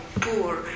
poor